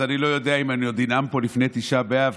אז אני לא יודע אם אני עוד אנאם פה לפני תשעה באב,